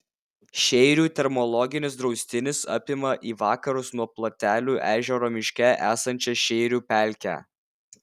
šeirių telmologinis draustinis apima į vakarus nuo platelių ežero miške esančią šeirių pelkę